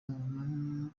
umuntu